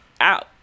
out